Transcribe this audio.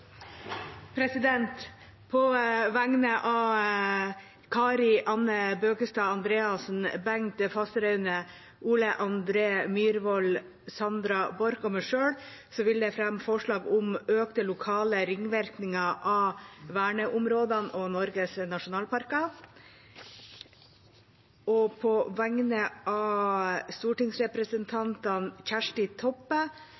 På vegne av stortingsrepresentantene Kari Anne Bøkestad Andreassen, Bengt Fasteraune, Ole André Myhrvold, Sandra Borch og meg selv vil jeg fremme forslag om økte lokale ringvirkninger av verneområdene og Norges nasjonalparker. På vegne av